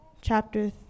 chapter